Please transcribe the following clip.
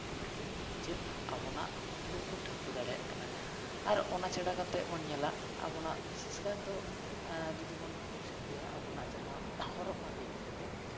ᱢᱤᱫᱴᱮᱱ ᱪᱮᱫ ᱟᱵᱚᱱᱟᱜ ᱩᱯᱨᱩᱢ ᱠᱚ ᱴᱷᱟᱹᱣᱠᱟᱹ ᱫᱟᱲᱮᱭᱟᱜ ᱠᱟᱱᱟ ᱟᱨ ᱚᱱᱟ ᱪᱷᱟᱰᱟ ᱠᱟᱛᱮᱫ ᱵᱚᱱ ᱧᱮᱞᱟ ᱟᱵᱚᱱᱟᱜ ᱵᱤᱥᱮᱥ ᱠᱟᱭᱛᱮ ᱫᱚ ᱡᱩᱫᱤᱵᱚᱱ ᱧᱮᱞ ᱴᱷᱟᱹᱣᱠᱟᱹᱭᱟ ᱟᱵᱚᱱᱟᱜ ᱡᱟᱦᱟᱸ ᱦᱚᱨᱚᱜ ᱵᱟᱸᱫᱮ ᱤᱫᱤ ᱠᱟᱛᱮᱫ